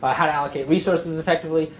ah how to allocate resources effectively,